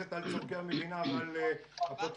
המבוססת על צורכי המדינה ועל הפוטנציאל